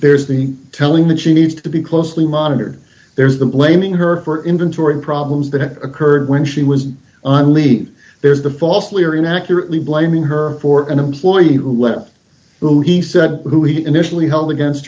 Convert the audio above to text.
there's the telling that she needs to be closely monitored there's the blaming her for inventory problems that have occurred when she was on leave there's the falsely or inaccurately blaming her for an employee who left who he said who he initially held against